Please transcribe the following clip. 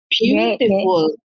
beautiful